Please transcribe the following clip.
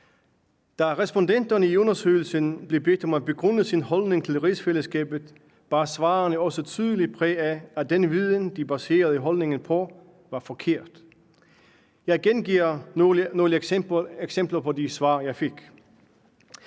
Da respondenterne i undersøgelsen blev bedt om at begrunde deres holdning til rigsfællesskabet, bar svarene også tydeligt præg af, at den viden, de baserer holdningen på, var forkert. Jeg gengiver nogle eksempler på de svar, jeg fik: